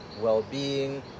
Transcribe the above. well-being